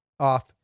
Off